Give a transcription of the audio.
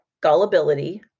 gullibility